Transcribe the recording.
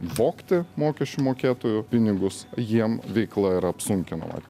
vogti mokesčių mokėtojų pinigus jiem veikla yra apsunkinama